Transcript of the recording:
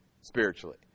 spiritually